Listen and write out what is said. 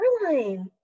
Caroline